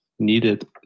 needed